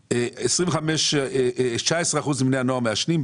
להשוואה ש-19 אחוזים מבני הנוער מעשנים,